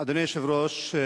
אדוני היושב-ראש,